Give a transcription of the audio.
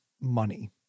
money